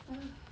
!aiya!